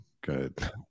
good